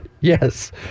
yes